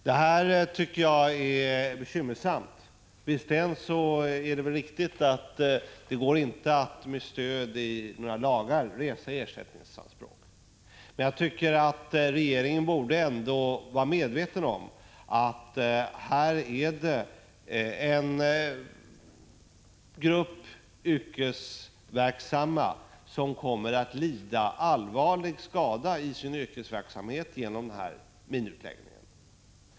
Detta är bekymmersamt. Det är visserligen riktigt att det inte går att med stöd i några lagar resa ersättningsanspråk. Men regeringen borde ändå vara medveten om att det finns en grupp yrkesverksamma som kommer att lida allvarlig skada i sin yrkesverksamhet genom en sådan här minutläggning.